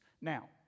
Now